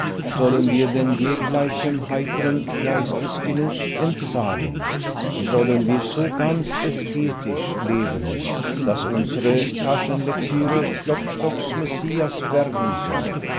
sollen wir denn jeglichem heiteren geistesgenuß entsagen sollen wir so ganz asketisch leben daß unsere taschenlektüre klopstocks messias werden soll